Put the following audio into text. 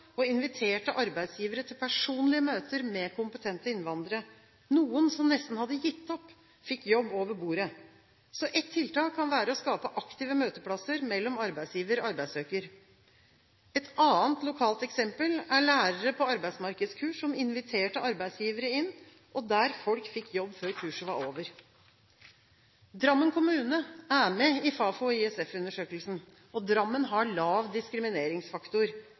og inviterte arbeidsgivere til personlige møter med kompetente innvandrere. Noen som nesten hadde gitt opp, fikk jobb over bordet. Så ett tiltak kan være å skape aktive møteplasser mellom arbeidsgiver og arbeidssøker. Et annet lokalt eksempel er lærere på arbeidsmarkedskurs som inviterte arbeidsgivere inn, der folk fikk jobb før kurset var over. Drammen kommune er med i Fafo/ISF-undersøkelsen. Drammen har lav diskrimineringsfaktor.